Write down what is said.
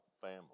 family